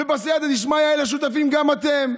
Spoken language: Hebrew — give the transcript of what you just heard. ובסייעתא דשמיא הזה שותפים גם אתם,